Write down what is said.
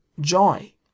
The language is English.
joy